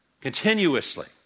Continuously